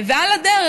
ועל הדרך,